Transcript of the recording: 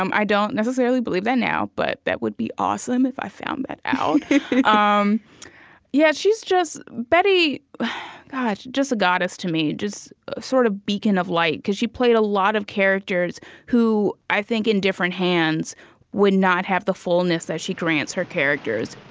um i don't necessarily believe that now, but that would be awesome if i found that out um yeah she's just bette god, she's just a goddess to me, just a sort of beacon of light, because she played a lot of characters who, i think, in different hands would not have the fullness that she grants her characters